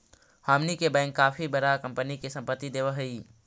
हमनी के बैंक काफी बडा कंपनी के संपत्ति देवऽ हइ